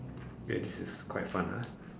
okay this is quite fun ah